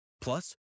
Plus